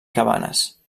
cabanes